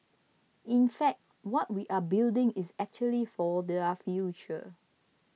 in fact what we are building is actually for their future